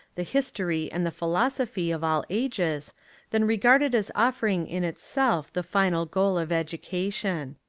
the history and the philosophy of all ages than regarded as offering in itself the final goal of education.